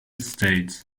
states